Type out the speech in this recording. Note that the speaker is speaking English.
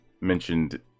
mentioned